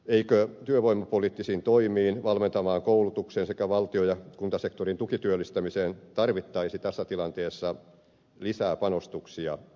eikö työvoimapoliittisiin toimiin valmentavaan koulutukseen sekä valtio ja kuntasektorin tukityöllistämiseen tarvittaisi tässä tilanteessa lisää panostuksia